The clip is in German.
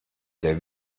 der